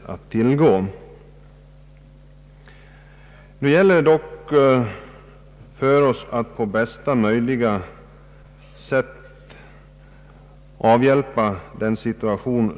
Nu gäller det dock att göra det bästa möjliga för att avhjälpa problemen.